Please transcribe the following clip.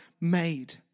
made